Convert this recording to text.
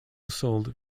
sold